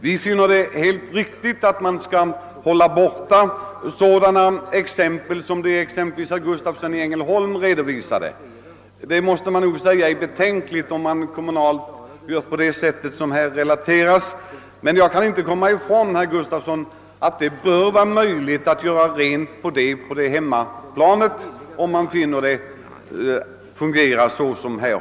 Vi finner det helt riktigt att man skall undvika sådana företeelser som exempelvis den av herr Gustavsson i Ängelholm redovisade. Det är betänkligt att på kommunalt håll förfara på det sätt som relaterats, men jag kan inte komma ifrån, herr Gustavsson, att det redan nu borde vara möjligt att sopa rent på hemmaplanet i sådana fall.